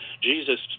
Jesus